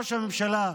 ראש הממשלה.